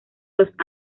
los